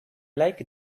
like